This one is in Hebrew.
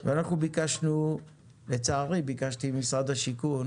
ואנחנו ביקשנו לצערי ביקשתי ממשרד השיכון